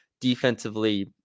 defensively